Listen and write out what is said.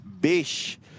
Bish